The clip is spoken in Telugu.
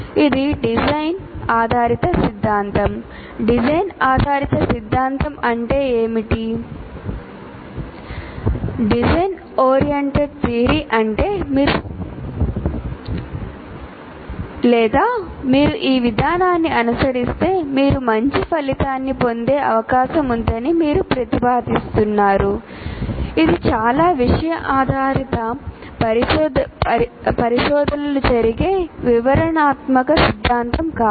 ఇది డిజైన్ ఆధారిత సిద్ధాంతం డిజైన్ ఓరియెంటెడ్ థియరీ అంటే మీరు సూచిస్తున్నారు లేదా మీరు ఈ విధానాన్ని అనుసరిస్తే మీరు మంచి ఫలితాన్ని పొందే అవకాశం ఉందని మీరు ప్రతిపాదిస్తున్నారు ఇది చాలా విషయ ఆధారిత పరిశోధనలు జరిగే వివరణాత్మక సిద్ధాంతం కాదు